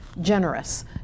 generous